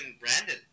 Brandon